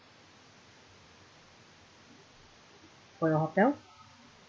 for your hotel